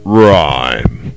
rhyme